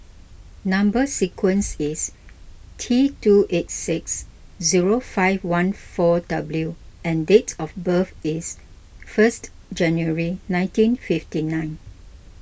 Number Sequence is T two eight six zero five one four W and date of birth is first January nineteen fifty nine